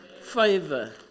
favor